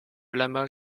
lama